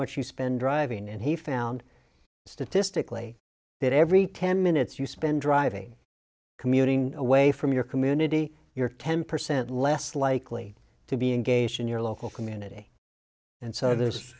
much you spend driving and he found statistically that every ten minutes you spend driving commuting away from your community you're ten percent less likely to be engaged in your local community and so there's